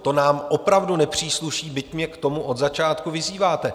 To nám opravdu nepřísluší, byť mě k tomu od začátku vyzýváte.